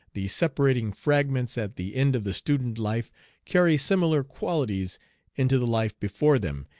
the separating fragments at the end of the student life carry similar qualities into the life before them,